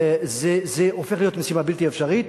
זו הופכת להיות משימה בלתי אפשרית